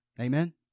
Amen